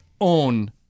own